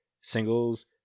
singles